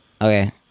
Okay